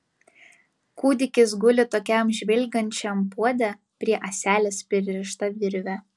kūdikis guli tokiam žvilgančiam puode prie ąselės pririšta virvė